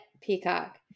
Peacock